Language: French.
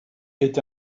est